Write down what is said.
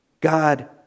God